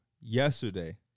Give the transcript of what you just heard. yesterday –